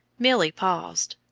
milly paused.